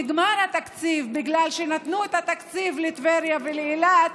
נגמר התקציב בגלל שנתנו את התקציב לטבריה ולאילת,